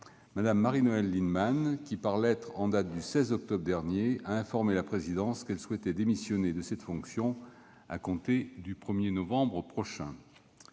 Mme Marie-Noëlle Lienemann, qui, par lettre en date du 16 octobre dernier, a informé la présidence qu'elle souhaitait démissionner de cette fonction à compter du 1 novembre prochain.